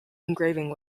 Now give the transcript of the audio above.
engraving